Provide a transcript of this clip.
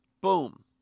Boom